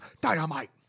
dynamite